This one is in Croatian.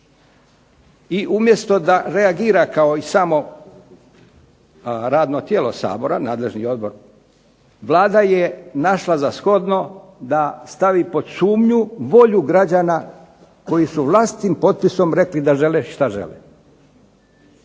I umjesto da reagira kao i samo radno tijelo Sabora, nadležni odbor Vlada je našla za shodno da stavi pod sumnju volju građana koji su vlastitim potpisom rekli da žele šta žele.